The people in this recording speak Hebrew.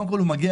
הוא מגיע